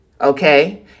okay